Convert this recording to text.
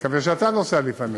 אני מקווה שאתה נוסע לפעמים.